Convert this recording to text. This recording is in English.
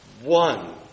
one